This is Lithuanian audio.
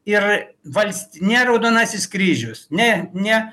ir valst ne raudonasis kryžius ne ne